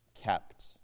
kept